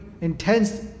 intense